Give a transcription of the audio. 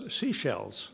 seashells